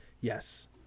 Yes